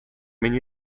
mini